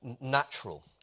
natural